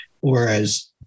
Whereas